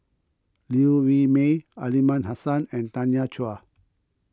Liew Wee Mee Aliman Hassan and Tanya Chua